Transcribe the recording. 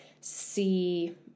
see